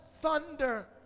thunder